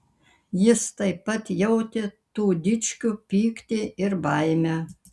jis taip pat jautė tų dičkių pyktį ir baimę